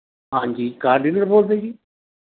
ਹਾਂਜੀ car dealer ਬੋਲਦੇ ਜੀ